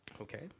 okay